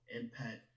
impact